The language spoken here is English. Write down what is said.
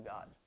God